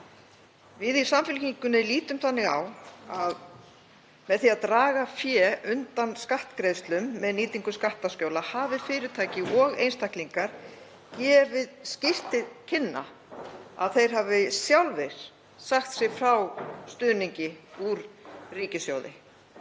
Við í Samfylkingunni lítum þannig á að með því að draga fé undan skattgreiðslum með nýtingu skattaskjóla hafi fyrirtæki og einstaklingar gefið skýrt til kynna að þeir hafi sjálfir sagt sig frá stuðningi úr ríkissjóði.